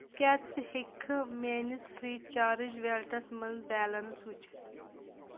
کیٛاہ ژٕ ہٮ۪کہٕ میٲنِس فرٛی چارج ویلٹَس منٛز بیلنس وٕچھِتھ